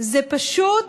זה פשוט